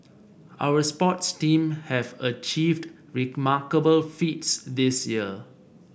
our sports teams have achieved remarkable feats this year